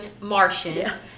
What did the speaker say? Martian